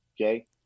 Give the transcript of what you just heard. okay